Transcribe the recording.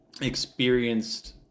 experienced